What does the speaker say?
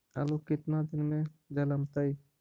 आलू केतना दिन में जलमतइ?